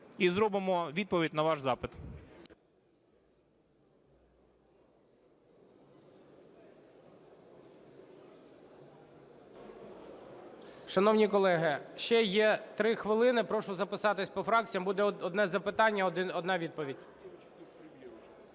І зробимо відповідь на ваш запит.